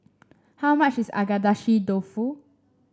how much is Agedashi Dofu